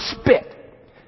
spit